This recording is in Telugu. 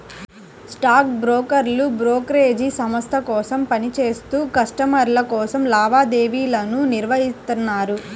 స్టాక్ బ్రోకర్లు బ్రోకరేజ్ సంస్థ కోసం పని చేత్తూ కస్టమర్ల కోసం లావాదేవీలను నిర్వహిత్తారు